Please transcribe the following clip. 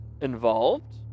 involved